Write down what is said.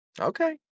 Okay